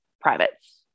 privates